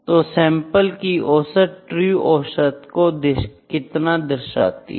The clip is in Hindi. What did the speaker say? तो सैंपल की औसत ट्रू औसत को कितना दर्शाती है